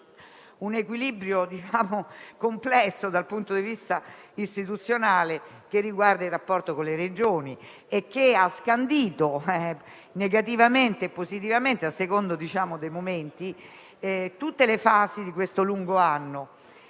un equilibrio complesso dal punto di vista istituzionale che riguarda il rapporto con le Regioni e che ha scandito - negativamente e positivamente, a seconda dei momenti - tutte le fasi di questo lungo anno.